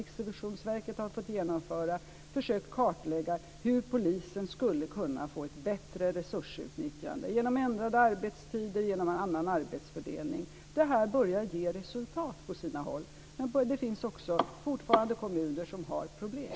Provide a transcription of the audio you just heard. Riksrevisionsverket har fått genomföra, försökt kartlägga hur polisen skulle kunna få ett bättre resursutnyttjande genom ändrade arbetstider och genom en annan arbetsfördelning. Detta börjar ge resultat på sina håll, men det finns också fortfarande kommuner som har problem.